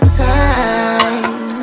time